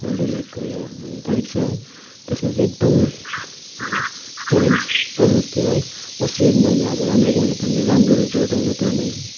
माध्यमिकको यो परीक्षा है त्यसमा चाहिँ एकदम च्यालेन्ज च्यालेन्ज थियो है जसरी पनि मैले अब राम्रो गर्नु पर्ने राम्रो रिजल्ट ल्याउनुपर्ने